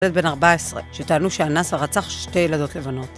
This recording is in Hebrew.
ילד בן 14, שטענו שאנס ורצח שתי ילדות לבנות.